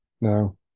no